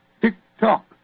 Tick-tock